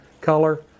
color